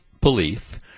belief